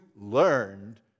learned